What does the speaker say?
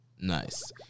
nice